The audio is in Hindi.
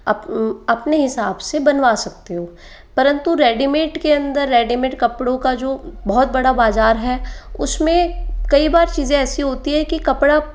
अपने हिसाब से बनवा सकते हो परन्तु रेडीमेड के अंदर रेडीमेड कपड़ों का जो बहुत बड़ा बाजार है उसमें कई बार चीज़ें ऐसी होती है कि कपड़ा